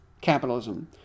Capitalism